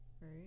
Right